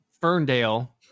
Ferndale